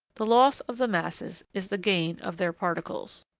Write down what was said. the loss of the masses is the gain of their particles.